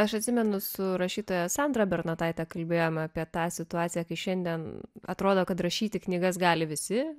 aš atsimenu su rašytoja sandra bernotaite kalbėjome apie tą situaciją kai šiandien atrodo kad rašyti knygas gali visi